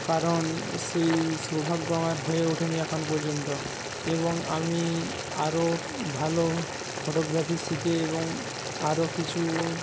কারণ সেই সৌভাগ্য আমার হয়ে ওঠেনি এখন পর্যন্ত এবং আমি আরও ভালো ফটোগ্রাফি শিখে এবং আরও কিছু